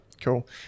cool